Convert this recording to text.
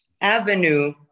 avenue